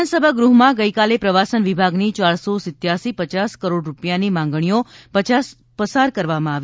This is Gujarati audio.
વિધાનસભા ગૃહમાં ગઇકાલે પ્રવાસન વિભાગની ચાર સો સત્યાસી પચાસ કરોડ રૂપિયાની માંગણીઓ પસાર કરવામાં આવી